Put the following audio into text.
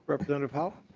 representative howe